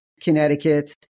Connecticut